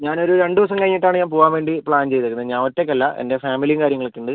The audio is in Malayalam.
ഞാൻ ഒരു രണ്ട് ദിവസം കഴിഞ്ഞിട്ടാണ് ഞാൻ പോവാൻ വേണ്ടി പ്ലാൻ ചെയ്തിരിക്കുന്നത് ഞാൻ ഒറ്റയ്ക്കല്ല എൻ്റെ ഫാമിലിയും കാര്യങ്ങളൊക്കെ ഉണ്ട്